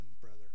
brother